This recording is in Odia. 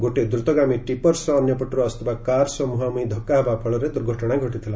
ଗୋଟିଏ ଦୁତଗାମୀ ଟିପ୍ଟର ସହ ଅନ୍ୟପଟରୁ ଆସୁଥିବା କାର ସହ ମୁହାଁମୁହି ଧକୁ ହେବା ଫଳରେ ଦୂର୍ଘଟଣା ଘଟିଥିଲା